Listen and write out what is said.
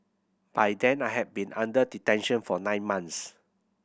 by then I had been under detention for nine months